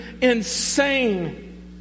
insane